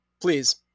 please